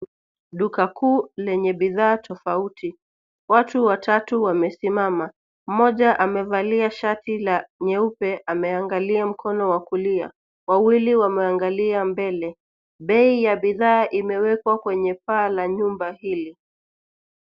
Duka kuu lenye bidhaa tofauti. Watu watatu wamesimama. Mmoja amevalia shati la nyeupe ameangalia mkono wa kulia. Wawili wameangalia mbele. Bei ya bidhaa imewekwa kwenye paa la nyumba hili.